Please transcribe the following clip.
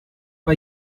bei